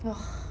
ugh